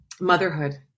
motherhood